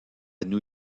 new